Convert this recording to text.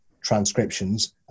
transcriptions